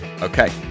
Okay